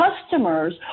customers